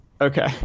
Okay